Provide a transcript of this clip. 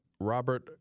Robert